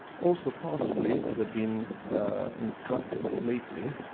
also, possibly, as i've been instructed lately,